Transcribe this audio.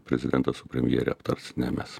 prezidentas su premjere aptars ne mes